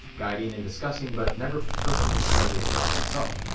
guiding and discussing but never personally seeing the experiments himself.